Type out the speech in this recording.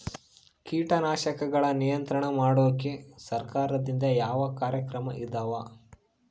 ಕೇಟನಾಶಕಗಳ ನಿಯಂತ್ರಣ ಮಾಡೋಕೆ ಸರಕಾರದಿಂದ ಯಾವ ಕಾರ್ಯಕ್ರಮ ಇದಾವ?